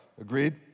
Agreed